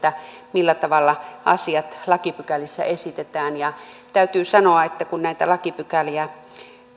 millä tavalla asiat lakipykälissä esitetään täytyy sanoa että kun näitä lakipykäliä